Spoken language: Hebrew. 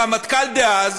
הרמטכ"ל דאז,